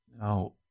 Now